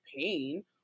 pain